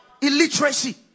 illiteracy